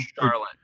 Charlotte